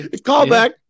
callback